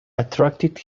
attracted